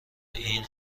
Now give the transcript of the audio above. این